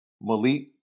Malik